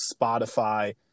Spotify